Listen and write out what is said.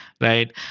Right